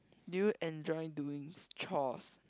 do you enjoy doing chores